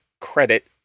credit